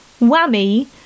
whammy